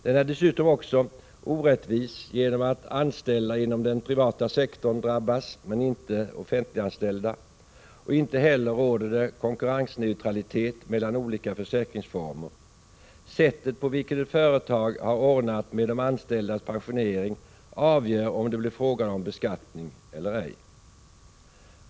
Den är dessutom orättvis genom att anställda inom den privata sektorn men inte offentliganställda drabbas. Inte heller råder det konkurrensneutralitet mellan olika försäkringsformer. Sättet på vilket ett företag har ordnat med de anställdas pensionering avgör om det blir fråga om beskattning eller ej.